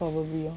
probably